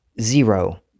Zero